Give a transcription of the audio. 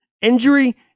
Injury